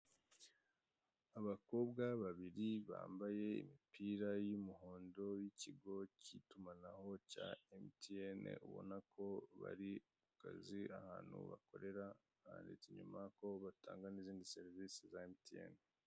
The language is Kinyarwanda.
Abakobwa babiri bambaye imipira y'umuhondo y'ikigo cy'itumanaho cya emutiyeni ubona ko bari mukazi ahantu bakorera, byanditse inyuma ko batanda n'izindi serivise za emutiyeni.